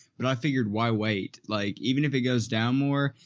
but i figured, why wait? like even if it goes down more,